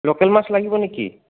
local মাছ লাগিব নেকি